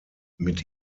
mit